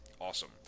awesome